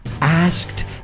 asked